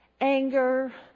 anger